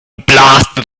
blasted